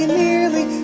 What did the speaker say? nearly